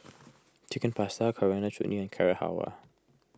Chicken Pasta Coriander Chutney and Carrot Halwa